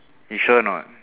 you sure or not